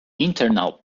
internal